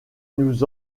nous